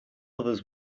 others